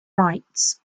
rights